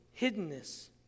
hiddenness